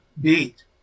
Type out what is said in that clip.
beat